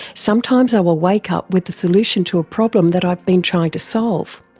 sometimes i will wake up with the solution to a problem that i have been trying to solve.